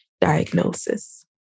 diagnosis